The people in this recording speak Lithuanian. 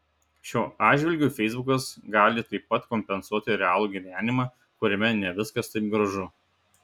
šiuo atžvilgiu feisbukas gali taip pat kompensuoti realų gyvenimą kuriame ne viskas taip gražu